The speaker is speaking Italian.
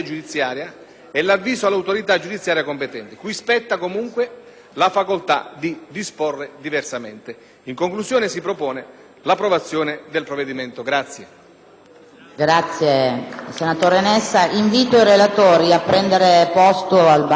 disporre diversamente. In conclusione, si propone l'approvazione del provvedimento.